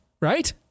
right